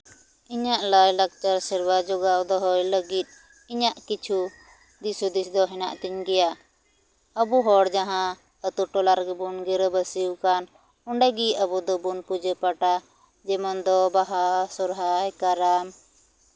ᱤᱧᱟᱹᱜ ᱞᱟᱭᱼᱞᱟᱠᱪᱟᱨ ᱥᱮᱨᱣᱟ ᱡᱚᱜᱟᱣ ᱫᱚᱦᱚᱭ ᱞᱟᱹᱜᱤᱫ ᱤᱧᱟᱹᱜ ᱠᱤᱪᱷᱩ ᱫᱤᱥᱼᱦᱩᱫᱤᱥ ᱫᱚ ᱦᱮᱱᱟᱜ ᱛᱤᱧ ᱜᱮᱭᱟ ᱟᱵᱚ ᱦᱚᱲ ᱡᱟᱦᱟᱸ ᱟᱹᱛᱩ ᱴᱚᱞᱟ ᱨᱮᱜᱮ ᱵᱚᱱ ᱜᱤᱨᱟᱹᱵᱟᱹᱥᱤᱣ ᱠᱟᱱ ᱚᱸᱰᱮ ᱜᱮ ᱟᱵᱚ ᱫᱚᱵᱚᱱ ᱯᱩᱡᱟᱹ ᱯᱟᱴᱟ ᱡᱮᱢᱚᱱ ᱫᱚ ᱵᱟᱦᱟ ᱥᱚᱨᱦᱟᱭ ᱠᱟᱨᱟᱢ